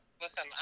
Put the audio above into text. Listen